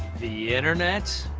the internet?